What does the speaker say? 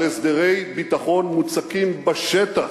על הסדרי ביטחון מוצקים בשטח,